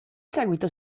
seguito